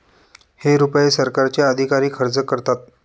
हे रुपये सरकारचे अधिकारी खर्च करतात